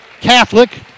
Catholic